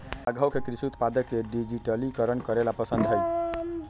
राघव के कृषि उत्पादक के डिजिटलीकरण करे ला पसंद हई